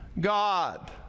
God